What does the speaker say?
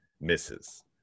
misses